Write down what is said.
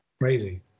Crazy